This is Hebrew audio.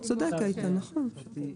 הוא צודק, איתן, נכון.